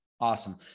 Awesome